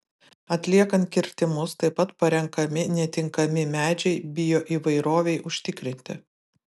atliekant kirtimus taip pat parenkami netinkami medžiai bioįvairovei užtikrinti